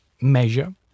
measure